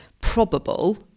probable